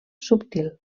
subtil